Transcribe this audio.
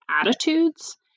attitudes